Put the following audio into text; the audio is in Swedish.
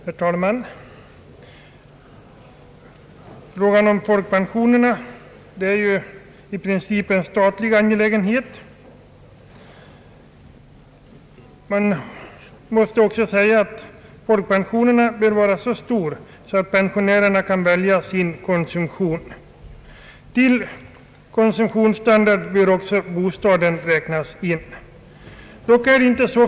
Herr talman! Frågan om folkpensionernas storlek är i princip en statlig angelägenhet. Det måste dock framhål las att folkpensionerna bör vara av den storleksordningen att pensionärerna kan välja sin konsumtion, Till konsumtionsstandard bör också bostaden räknas.